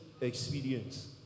experience